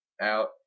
out